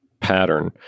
pattern